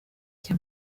cya